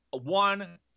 one